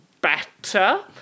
better